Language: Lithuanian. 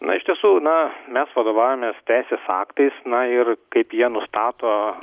na iš tiesų na mes vadovaujamės teisės aktais na ir kaip jie nustato